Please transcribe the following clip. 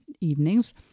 evenings